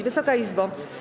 Wysoka Izbo!